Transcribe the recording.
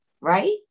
Right